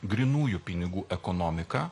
grynųjų pinigų ekonomika